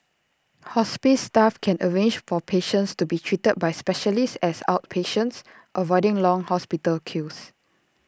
hospice staff can arrange for patients to be treated by specialists as outpatients avoiding long hospital queues